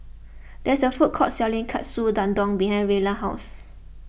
there is a food court selling Katsu Tendon behind Rella's house